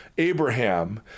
Abraham